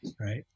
right